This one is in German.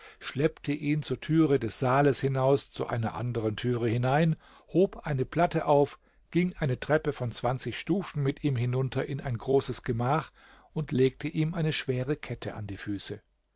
schleppte ihn zur türe des saales hinaus zu einer anderen türe hinein hob eine platte auf ging eine treppe von zwanzig stufen mit ihm hinunter in ein großes gemach und legte ihm eine schwere kette an die füße